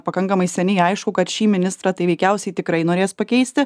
pakankamai seniai aišku kad šį ministrą tai veikiausiai tikrai norės pakeisti